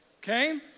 Okay